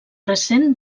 recent